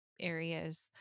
areas